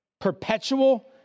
perpetual